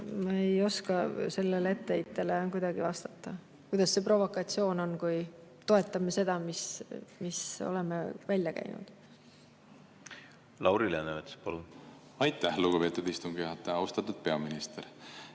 ma ei oska teie etteheitele kuidagi vastata. Kuidas see provokatsioon on, kui toetame seda, mille oleme välja käinud? Lauri Läänemets, palun! Aitäh, lugupeetud istungi juhataja! Austatud peaminister!